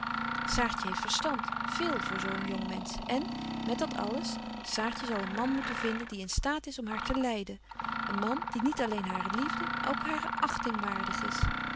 saartje heeft verstand veel voor zo een jong mensch en met dat alles saartje zal een man moeten hebben die in staat is om haar te leiden een man die niet alleen hare liefde maar ook hare achting waardig is